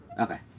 Okay